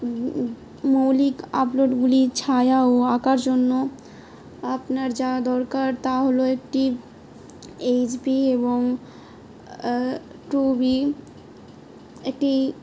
মৌলিক আপলোডগুলি ছায়াও আঁকার জন্য আপনার যা দরকার তা হলো একটি এইচবি এবং টুবি একটি